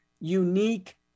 unique